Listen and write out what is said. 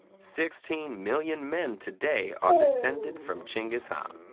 sixteen million men today are descended from genghis um